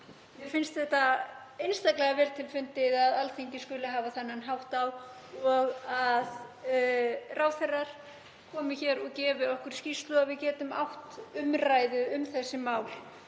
mér finnst það einstaklega vel til fundið að Alþingi skuli hafa þennan hátt á, að ráðherrar komi hér og gefi okkur skýrslu og að við getum átt umræðu um þessi mál.